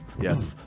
Yes